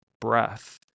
breath